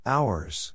Hours